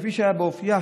כפי שהיה באופייה,